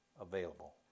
available